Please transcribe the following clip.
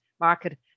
market